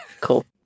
cool